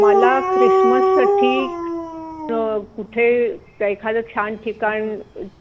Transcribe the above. मला ख्रिसमससाठी कुठे काही एखादं छान ठिकाण